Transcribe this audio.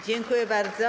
Dziękuję bardzo.